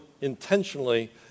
intentionally